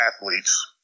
athletes